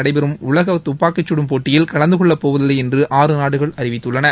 நடைபெறும் உலக துப்பாக்கிச் கடும் போட்டியில் கலந்தகொள்ள போவதில்லை என்று ஆறு நாடுகள் அறிவித்துள்ளன